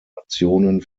nationen